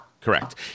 Correct